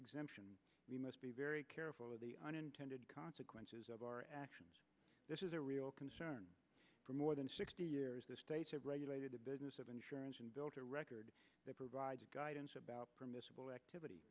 exemption we must be very careful of the unintended consequences of our actions this is a real concern for more than sixty years the states have regulated the business of insurance and built a record that provides guidance about permissible activity